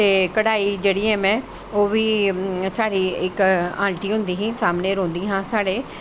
ते कढ़ाही ऐ जेह्ड़ी में ओह् बी साढ़ी इक आंटी होंदी ही सामनै रौंह्दियां हां साढ़ै